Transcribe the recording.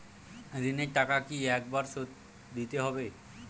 ঋণের টাকা কি একবার শোধ দিতে হবে?